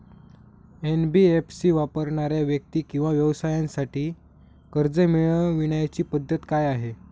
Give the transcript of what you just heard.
NBFC वापरणाऱ्या व्यक्ती किंवा व्यवसायांसाठी कर्ज मिळविण्याची पद्धत काय आहे?